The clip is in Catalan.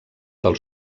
del